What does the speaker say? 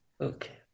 okay